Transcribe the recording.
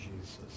Jesus